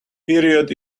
period